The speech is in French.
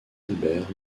albert